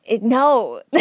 No